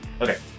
okay